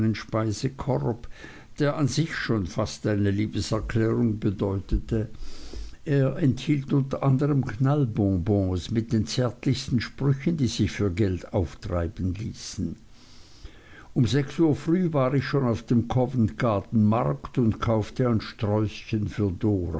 der an sich fast schon eine liebeserklärung bedeutete er enthielt unter anderm knallbonbons mit den zärtlichsten sprüchen die sich für geld auftreiben ließen um sechs uhr früh war ich schon auf dem covent garden markt und kaufte ein sträußchen für dora